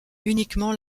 uniquement